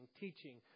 teaching